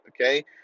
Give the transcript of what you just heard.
Okay